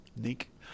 Nick